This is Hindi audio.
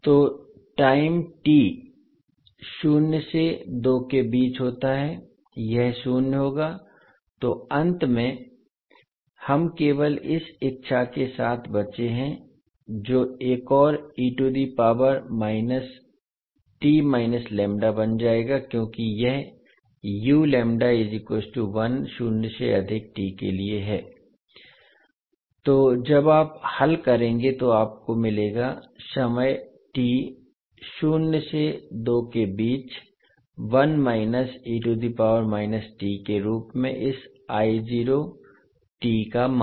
तो टाइम टी शून्य से दो के बीच होता है यह शून्य होगा तो अंत में हम केवल इस इच्छा के साथ बचे हैं जो एक और बन जाएगा क्योंकि यह शून्य से अधिक टी के लिए है तो जब आप हल करेंगे तो आपको मिलेगा समय t शून्य से दो के बीच के रूप में इस t का मान